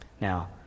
Now